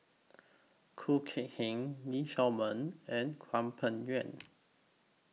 Khoo Kay Hian Lee Shao Meng and Hwang Peng Yuan